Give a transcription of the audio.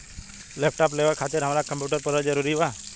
Laptop लेवे खातिर हमरा कम्प्युटर पढ़ल जरूरी बा?